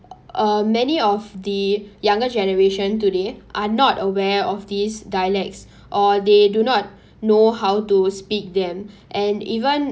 uh many of the younger generation today are not aware of these dialects or they do not know how to speak them and even